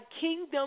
kingdom